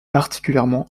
particulièrement